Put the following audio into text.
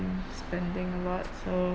spending a lot so